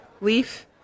Leaf